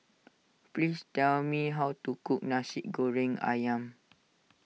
please tell me how to cook Nasi Goreng Ayam